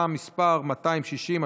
47),